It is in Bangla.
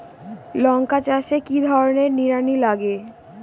লঙ্কা চাষে কি ধরনের নিড়ানি লাগে?